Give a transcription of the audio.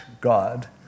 God